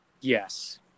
yes